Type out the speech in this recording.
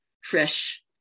Fresh